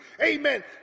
Amen